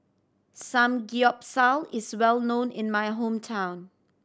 samgyeopsal is well known in my hometown